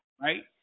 Right